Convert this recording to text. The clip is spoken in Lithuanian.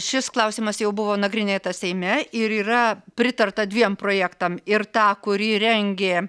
šis klausimas jau buvo nagrinėtas seime ir yra pritarta dviem projektam ir tą kurį rengė